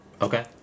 Okay